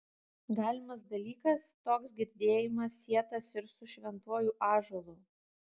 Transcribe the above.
galimas dalykas toks girdėjimas sietas ir su šventuoju ąžuolu